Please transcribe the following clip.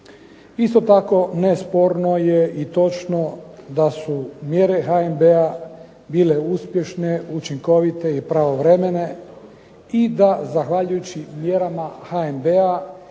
Isto tako nesporno je i točno da su mjere HNB-a bile uspješne, učinkovite i pravovremene, i da zahvaljujući mjerama HNB-a